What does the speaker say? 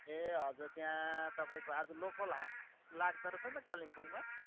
ए हजर त्यहाँ तपाईँको आजु लोकल हाट लाग्दो रहेछ नि त कालिम्पोङमा